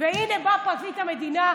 והינה בא פרקליט המדינה,